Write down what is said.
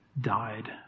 died